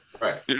Right